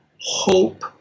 hope